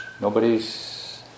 Nobody's